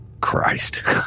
Christ